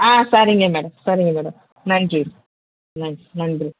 ஆ சரிங்க மேடம் சரிங்க மேடம் நன்றி நன் நன்றி